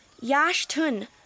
Yash-Tun